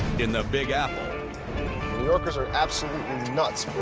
in the big apple. new yorkers are absolutely nuts.